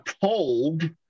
told